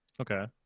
Okay